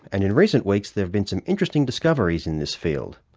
and in recent weeks there have been some interesting discoveries in this field.